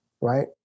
right